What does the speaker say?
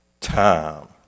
time